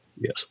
Yes